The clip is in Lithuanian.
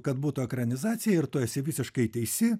kad būtų ekranizacija ir tu esi visiškai teisi